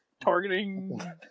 targeting